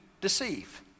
deceive